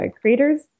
creators